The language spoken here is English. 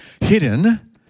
hidden